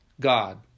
God